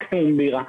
מקסימום בירה.